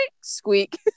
squeak